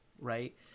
right